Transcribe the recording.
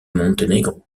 monténégro